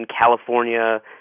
California